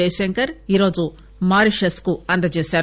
జయశంకర్ ఈరోజు మారిషస్ కు అందజేశారు